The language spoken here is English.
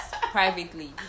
privately